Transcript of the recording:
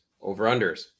Over-unders